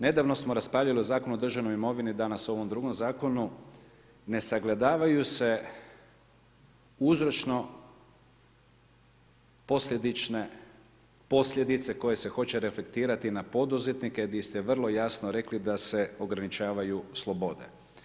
Nedavno smo raspravljali o Zakonu o državnoj imovini, danas o ovom drugom zakonu, ne sagledavaju se uzročno posljedične posljedice koje se hoće reflektirati na poduzetnike gdje ste vrlo jasno rekli da se ograničavaju slobode.